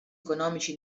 economici